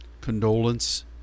condolence